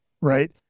right